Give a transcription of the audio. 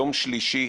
יום שלישי,